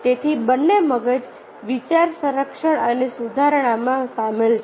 તેથી બંને મગજ વિચાર સંરક્ષણ અને સુધારણામાં સામેલ છે